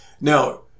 Now